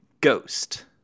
Ghost